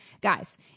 guys